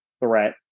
threat